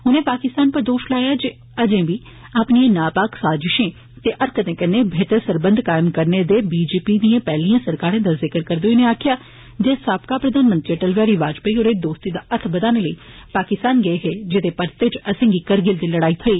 उनें पाकिस्तान पर दोश लाया जे ओ अजें बी अपनिएं नापाक साजिषें ते हरकतें कन्ने बेहतर सरबंध कायम करने दे बीजेपी दिए पैहलकिएं सरकारें दा ज़िक्र करदे होई उनें आक्खेआ जे साबका प्रधानमंत्री अटल बिहारी बाजपाई होर दोस्ती दा हत्थ बदाने लेई पाकिस्तान गे हे जेदे परते च असेंगी करगिल दी लड़ाई थ्होई